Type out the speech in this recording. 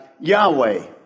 Yahweh